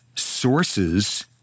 sources